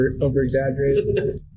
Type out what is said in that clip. over-exaggerated